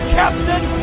captain